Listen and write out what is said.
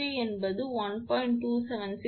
276𝑉1 க்கு சமம் இது 4